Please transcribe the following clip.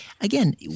again